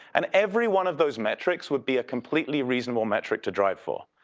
and every one of those metrics would be a completely reasonable metric to drive for.